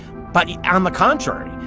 but on the contrary,